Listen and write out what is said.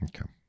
Okay